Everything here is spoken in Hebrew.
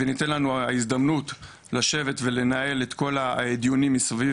וניתנה לנו ההזדמנות לשבת ולנהל את כל הדיונים מסביב,